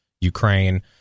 Ukraine